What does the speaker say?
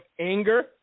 anger